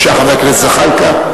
חבר הכנסת זחאלקה,